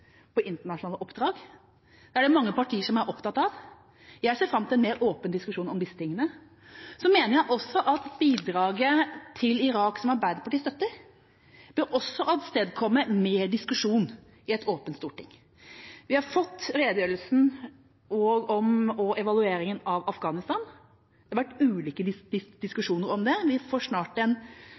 på internasjonale oppdrag. Det er det mange partier som er opptatt av. Jeg ser fram til en mer åpen diskusjon om disse tingene. Jeg mener også at bidraget til Irak, som Arbeiderpartiet støtter, også bør avstedkomme mer diskusjon i et åpent storting. Vi har fått redegjørelsen om og evalueringen av Afghanistan, og det har vært ulike diskusjoner om det. Vi får snart